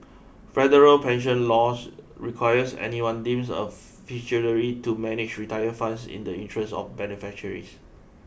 federal pension laws requires anyone deems a fiduciary to manage retirement funds in the interests of beneficiaries